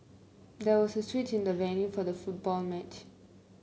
there was a switch in the venue for the football match